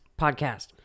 podcast